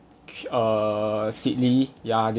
uh sydney ya